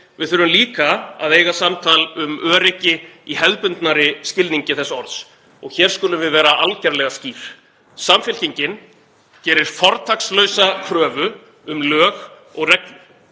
Við þurfum líka að eiga samtal um öryggi í hefðbundnari skilningi þess orðs. Og hér skulum við vera algerlega skýr. Samfylkingin gerir fortakslausa kröfu um lög og reglur.